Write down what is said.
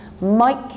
Mike